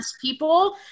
people